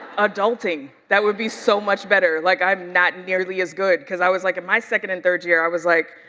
adulting. that would be so much better. like i'm not nearly as good, cause i was like, in my second and third year, i was like,